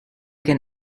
can